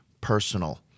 personal